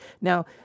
Now